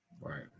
Right